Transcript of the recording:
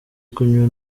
kunywa